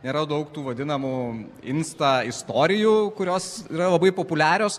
nėra daug tų vadinamų insta istorijų kurios yra labai populiarios